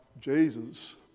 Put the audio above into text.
Jesus